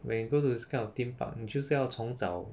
when you go to this kind of theme park 你就是要从早